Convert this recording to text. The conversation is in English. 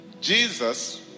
Jesus